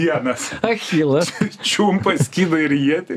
vienas achilas čiumpa skydą ir ietį